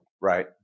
Right